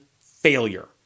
failure